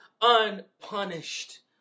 unpunished